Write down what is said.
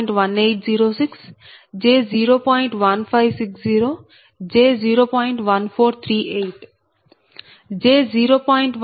1806 j0